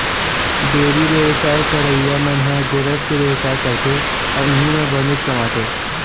dairy बेवसाय करइया मन ह गोरस के बेवसाय करथे अउ इहीं म बनेच कमाथे